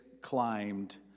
climbed